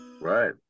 right